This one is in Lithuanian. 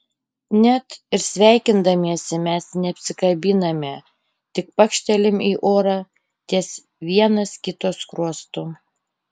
net ir sveikindamiesi mes neapsikabiname tik pakštelim į orą ties vienas kito skruostu